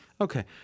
Okay